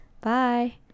bye